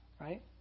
right